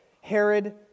Herod